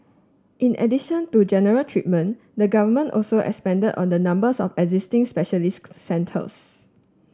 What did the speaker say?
in addition to general treatment the government also expanded on the numbers of existing specialist centres